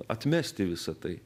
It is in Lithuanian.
atmesti visa tai